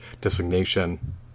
designation